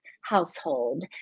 household